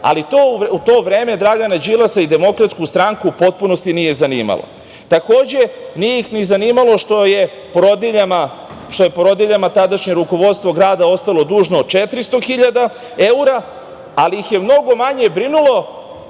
to u to vreme Dragana Đilasa i DS u potpunosti nije zanimalo. Takođe, nije ih ni zanimalo što je porodiljama tadašnje rukovodstvo grada ostalo dužno 400.000 evra, ali ih je mnogo manje brinulo